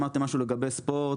אמרתם משהו לגבי ספורט,